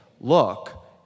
look